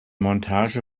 montage